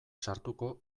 sartuko